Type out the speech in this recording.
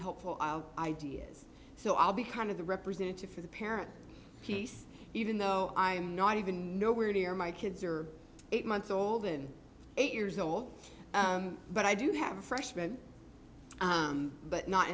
helpful out ideas so i'll be kind of the representative for the parent piece even though i'm not even nowhere near my kids are eight months old and eight years old but i do have a freshman but not